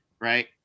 right